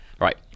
right